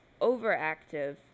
overactive